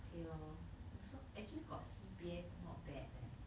okay lor so actually got C_P_F not bad leh yeah